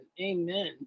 Amen